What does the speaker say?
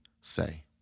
say